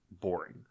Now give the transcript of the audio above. boring